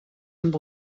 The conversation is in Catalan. amb